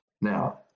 Now